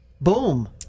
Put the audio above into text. boom